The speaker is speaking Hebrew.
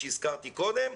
שהזכרתי קודם,